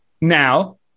Now